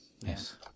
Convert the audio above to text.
yes